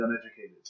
uneducated